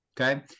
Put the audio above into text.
okay